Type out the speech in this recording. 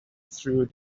through